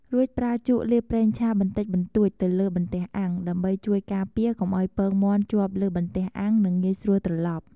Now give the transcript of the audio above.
រួចប្រើជក់លាបប្រេងឆាបន្តិចបន្តួចទៅលើបន្ទះអាំង ដើម្បីជួយការពារកុំឱ្យពងមាន់ជាប់លើបន្ទះអាំង និងងាយស្រួលត្រឡប់។